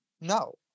No